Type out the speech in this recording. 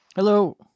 Hello